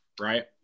right